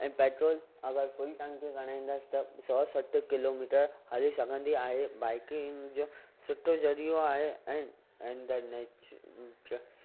ऐं पैट्रोल अगरि फुल टंकी घणी ईंदसि त सौ सठ किलोमीटर हली सघंदी आहे बाइकिंग जो सुठो ज़रियो आहे ऐं